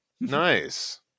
nice